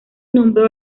nombró